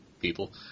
people